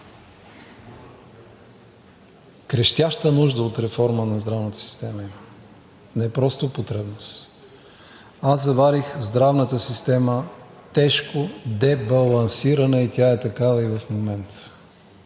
крещяща нужда от реформа на здравната система има, а не просто потребност. Аз заварих здравната система тежко дебалансирана, тя е такава и в момента